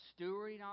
stewarding